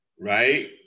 Right